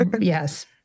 Yes